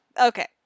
okay